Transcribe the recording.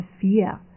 fear